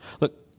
Look